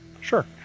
Sure